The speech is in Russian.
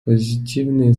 позитивные